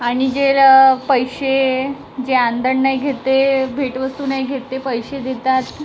आणि जे पैसे जे आंदण नाही घेत ते भेटवस्तू नाही घेत ते पैसे देतात